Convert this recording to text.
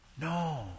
No